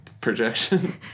projection